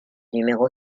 numéro